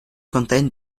contain